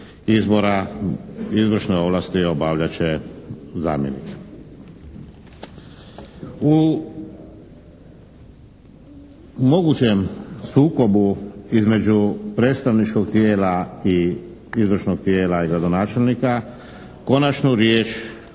izbora izvršnoj ovlasti obavljat će zamjenik. U mogućem sukobu između predstavničkog tijela i izvršnog tijela i gradonačelnika konačnu riječ